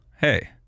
hey